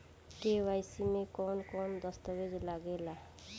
KYC में कवन कवन दस्तावेज लागे ला?